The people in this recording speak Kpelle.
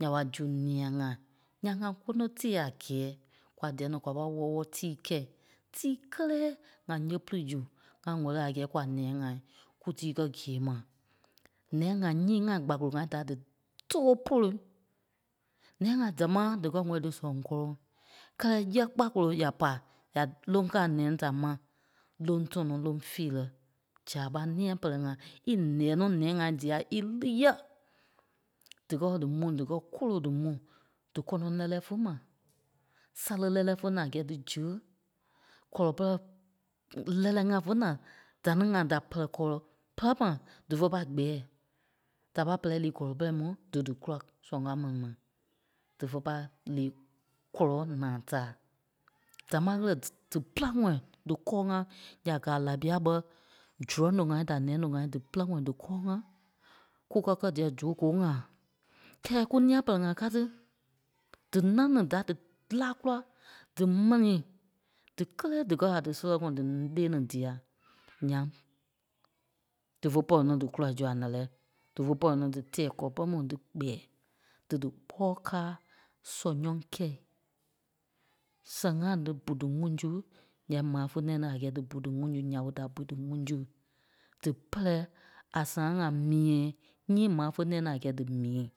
Nya ɓa zu nia ŋai. Ǹyaŋ ŋa ŋgòno tée a gɛɛ kwa dia-ní kwa pâi wɔ́lɔ-wɔlɔ kɛ̀i. Tíi kélee ŋa yee pili zu ŋa wɛli a gɛɛ kwa nia-ŋai kútii kɛ́ gie ma. Nia-ŋai nyii ŋai kpakolo ŋai da dítoo polo. Nia-ŋa damaa díkɛ wɛli dísɛŋ kɔlɔŋ kɛlɛ yɛ̂ kpàkolo ya pa, ya loŋ kaa nɛni da ma loŋ tɔnɔ loŋ feerɛ, zaaɓa nia-pɛlɛ-ŋai ílɛɛ nɔ́ nia-ŋai dia ílii yɛ̂. Díkɛ dí mu díkɛ kolo dí mu. Dí kɔnɔŋ lɛlɛ fé mai, sale lɛlɛ fé naa a gɛɛ dí ziɣe, kɔlɔi pɛrɛ lɛlɛ-ŋai fe naa da ní ŋai da pɛ́lɛ kɔlɔi pɛrɛ mai dífe pài gbɛɛ. Da pâi pɛ́lɛ lii kɔlɔi pɛrɛ mu dí dí gula zoŋ kao mɛni mai. Dífe pâi lii kɔlɔ naa taa. Damaa ɣele tí- dí pîlaŋɔɔ díkɔɔ-ŋa ya gaa Laibia ɓé zurɔŋ lóŋ ŋai da nia lóŋ ŋai dí pìlaŋɔɔ díkɔɔ ŋai kukɛ kɛ́ diɛ zooko-ŋai. Kɛ́ɛ kú nia-pɛ́lɛ-ŋai ká tí. Dí náŋ ní da dílaa kúla dí m̀ɛnii. Dí kélee díkɛ a dísɛlɛŋɔɔ dí- lee ní dia nyaŋ dífe pɔri ní dí gula zu a lɛlɛ. Dífe pɔri ní dí tɛɛ kɔlɔi pɛrɛ mu dí gbɛɛ. Dí dí pɔ́ káa sɔnyɔ̂ŋ kɛi. Sɛŋ-ŋai dí bu díŋuŋ sui ǹyɛɛ mai fé nɛ̃ɛ ní di bu díŋuŋ nya ɓé da bui díŋuŋ zui. Dipɛlɛɛ a sãa-ŋai miiŋ nyii maa fé nɛ̃ ní a gɛɛ dí mii.